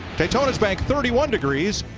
daytona thirty one degrees,